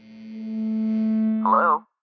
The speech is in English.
Hello